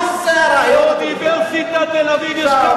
מה זה, באוניברסיטת תל-אביב יש קמפוס ענק.